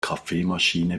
kaffeemaschine